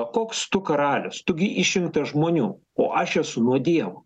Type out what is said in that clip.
koks tu karalius tu gi išrinktas žmonių o aš esu nuo dievo